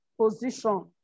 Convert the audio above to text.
position